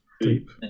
deep